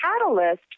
catalyst